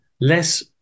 less